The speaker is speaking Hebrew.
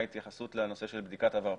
התייחסות לנושא של בדיקת עבר פלילי.